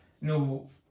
no